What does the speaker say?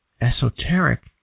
esoteric